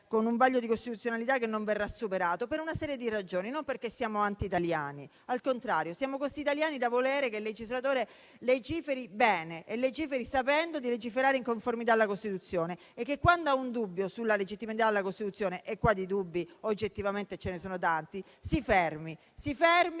con un vaglio di costituzionalità che non verrà superato per una serie di ragioni: non perché siamo antitaliani, ma, al contrario, siamo così tanto italiani da volere che il legislatore legiferi bene e sapendo di farlo in conformità con la Costituzione. E quando ha un dubbio sulla legittimità della Costituzione - e qua di dubbi, oggettivamente, ce ne sono tanti - si fermi